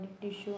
tissue